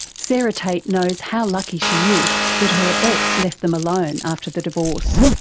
sarah tate knows how lucky she is that her ex left them alone after the divorce,